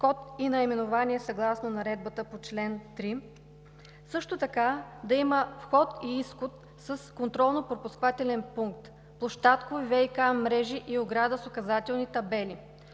код и наименование съгласно Наредбата по чл. 3; също така да има вход и изход с контролно пропускателен пункт, площадкови ВиК мрежи и ограда с указателни табели“